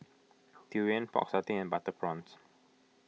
Durian Pork Satay and Butter Prawns